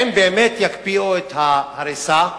האם באמת יקפיאו את ההריסה?